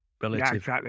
relative